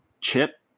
Chip